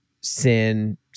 sin